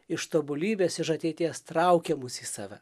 iš tobulybės iš ateities traukia mus į save